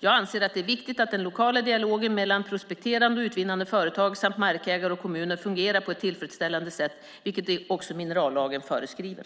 Jag anser att det är viktigt att den lokala dialogen mellan prospekterande och utvinnande företag samt markägare och kommuner fungerar på ett tillfredsställande sätt, vilket också minerallagen föreskriver.